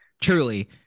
truly